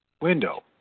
window